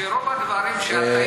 שרוב הדברים שאתה הצעת,